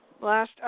Last